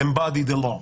embody the law.